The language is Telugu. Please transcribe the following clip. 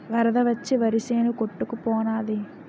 వరద వచ్చి వరిసేను కొట్టుకు పోనాది